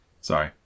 Sorry